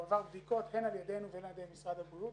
הוא עבר בדיקות הן על ידנו והן על ידי משרד הבריאות.